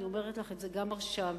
אני אומרת לך גם עכשיו: